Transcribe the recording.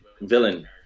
villain